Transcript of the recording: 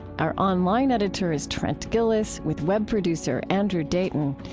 our online editor is trent gilliss, with web producer andrew dayton.